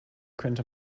könnte